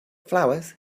flowers